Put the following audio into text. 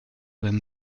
them